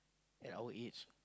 at our age